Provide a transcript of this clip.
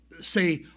say